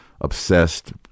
obsessed